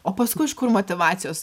o paskui iš kur motyvacijos